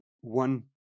one